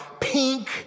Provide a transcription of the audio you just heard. pink